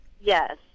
Yes